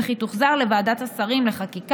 ושהצעה